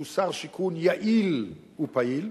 שהוא שר שיכון יעיל ופעיל,